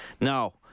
Now